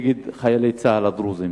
נגד חיילי צה"ל הדרוזים.